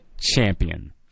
champion